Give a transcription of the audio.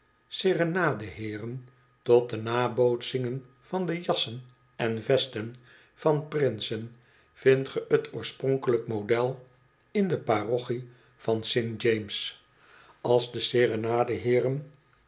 serenadeheeren tot de nabootsingen van de jassen en vesten van prinsen vindt ge t oorspronkelijk model in de parochie van st james als de serenade hoeren